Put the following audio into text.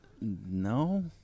No